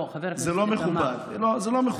לא, חבר הכנסת איתמר, זה לא מכובד, זה לא מכובד.